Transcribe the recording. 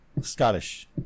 Scottish